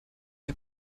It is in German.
der